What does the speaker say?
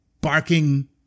barking